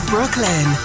brooklyn